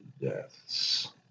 deaths